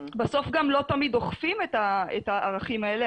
בסוף גם לא תמיד אוכפים את הערכים האלה,